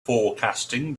forecasting